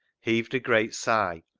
heaved a great sigh,